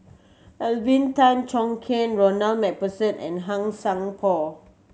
Alvin Tan Cheong Kheng Ronald Macpherson and Han Sai Por